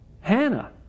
Hannah